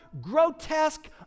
grotesque